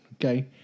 Okay